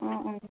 অঁ অঁ